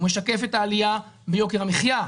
הוא משקף את העלייה ביוקר המחיה,